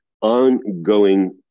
ongoing